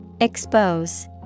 Expose